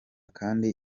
kandi